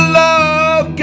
love